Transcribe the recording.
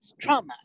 trauma